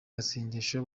masengesho